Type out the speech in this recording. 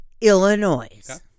Illinois